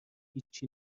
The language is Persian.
هیچی